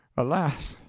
alas,